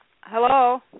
hello